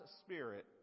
spirit